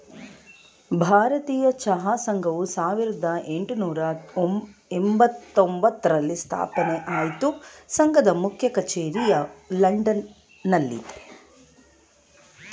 ಭಾರತೀಯ ಚಹಾ ಸಂಘವು ಸಾವಿರ್ದ ಯೆಂಟ್ನೂರ ಎಂಬತ್ತೊಂದ್ರಲ್ಲಿ ಸ್ಥಾಪನೆ ಆಯ್ತು ಸಂಘದ ಮುಖ್ಯ ಕಚೇರಿಯು ಲಂಡನ್ ನಲ್ಲಯ್ತೆ